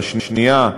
והשנייה,